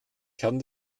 kern